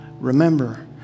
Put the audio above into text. Remember